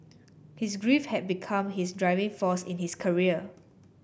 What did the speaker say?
his grief had become his driving force in his career